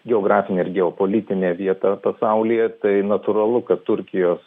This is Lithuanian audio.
geografinė ir geopolitinė vieta pasaulyje tai natūralu kad turkijos